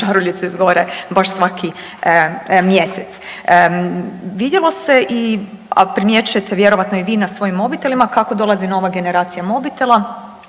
žaruljice izgore baš svaki mjesec. Vidjelo se i a primjećujete vjerojatno i vi na svojim mobitelima kako dolazi nova generacija mobitela